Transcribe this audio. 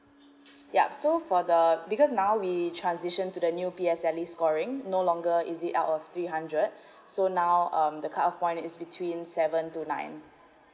ya so for the because now we transition to the new P_S_L_E scoring no longer easy out of three hundred so now um the cut off point is between seven to nine